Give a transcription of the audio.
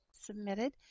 submitted